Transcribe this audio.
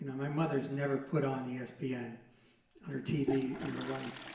my mother has never put on yeah espn on her tv in her life.